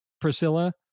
Priscilla